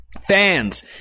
Fans